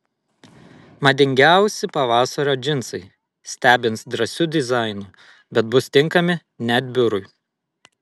madingiausi pavasario džinsai stebins drąsiu dizainu bet bus tinkami net biurui